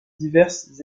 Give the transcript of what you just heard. diverses